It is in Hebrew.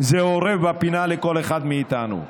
וזה אורב בפינה לכל אחד מאיתנו.